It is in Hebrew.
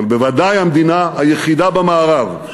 אבל בוודאי המדינה היחידה במערב,